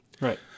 Right